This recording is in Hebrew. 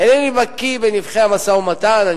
אינני בקי בנבכי המשא-ומתן.